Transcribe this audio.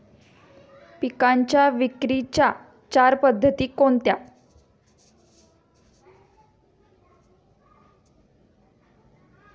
पिकांच्या विक्रीच्या चार पद्धती कोणत्या?